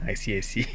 I see I see